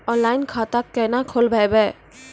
Online खाता केना खोलभैबै?